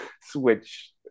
switch